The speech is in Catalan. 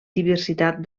diversitat